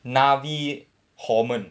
narvey horman